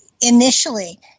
initially